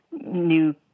new